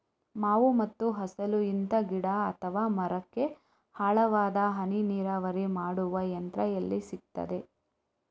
ಮಾವು ಮತ್ತು ಹಲಸು, ಇಂತ ಗಿಡ ಅಥವಾ ಮರಕ್ಕೆ ಆಳವಾದ ಹನಿ ನೀರಾವರಿ ಮಾಡುವ ಯಂತ್ರ ಎಲ್ಲಿ ಸಿಕ್ತದೆ?